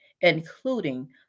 including